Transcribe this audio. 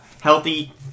healthy